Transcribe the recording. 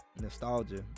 nostalgia